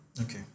Okay